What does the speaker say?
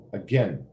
again